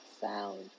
sound